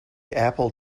apple